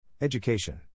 Education